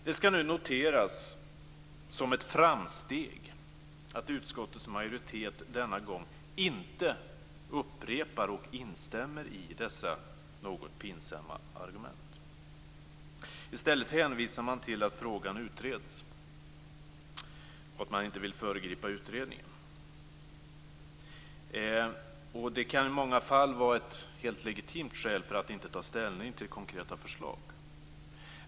Det skall noteras som ett framsteg att utskottets majoritet denna gång inte upprepar och instämmer i dessa något pinsamma argument. I stället hänvisar man till att frågan utreds och att man inte vill föregripa utredningen. Detta kan i många fall vara ett helt legitimt skäl för att inte ta ställning till konkreta förslag.